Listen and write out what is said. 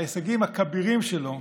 ההישגים הכבירים שלו,